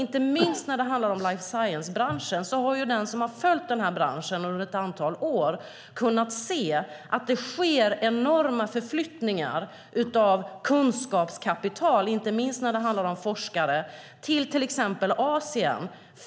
Inte minst i life science-branschen har det skett enorma förflyttningar av kunskapskapital, inte minst när det handlar om forskare, till exempel till Asien. Det har den kunnat se som har följt branschen under många år.